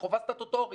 כחובה סטטוטורית.